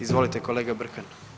Izvolite kolega Brkan.